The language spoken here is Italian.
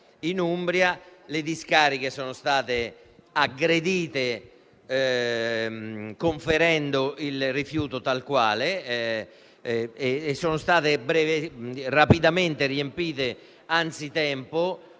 in Umbria; le discariche sono state aggredite, conferendo il rifiuto tal quale, e sono state rapidamente riempite anzitempo,